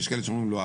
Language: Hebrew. יש כאלה שאומרים לא,